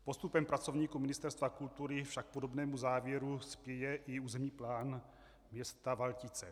Postupem pracovníků Ministerstva kultury však k podobnému závěru spěje i územní plán města Valtice.